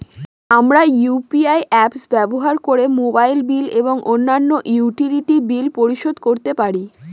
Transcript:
আমরা UPI apps ব্যবহার করে মোবাইল বিল এবং অন্যান্য ইউটিলিটি বিল পরিশোধ করতে পারি